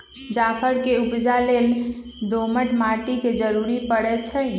जाफर के उपजा लेल दोमट माटि के जरूरी परै छइ